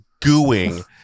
gooing